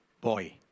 boy